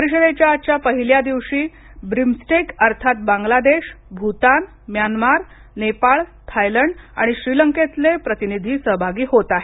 परिषदेच्या आजच्या पहिल्या दिवशी बिम्स्टेक अर्थात बांगलादेश भूतान म्यानमार नेपाळ थायलंड आणि श्रीलंकेतले प्रतिनिधी सहभागी होत आहेत